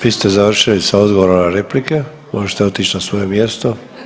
Vi ste završili sa odgovorom na replike, možete otić na svoje mjesto.